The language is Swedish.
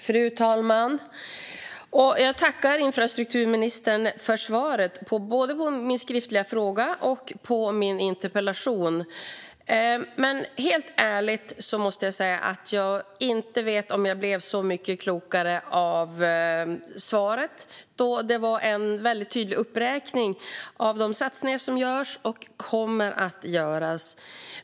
Fru talman! Jag tackar infrastrukturministern för svaret, både på min skriftliga fråga och på min interpellation. Men jag vet ärligt talat inte om jag blev så mycket klokare av svaret. Det var en väldigt tydlig uppräkning av de satsningar som görs och kommer att göras.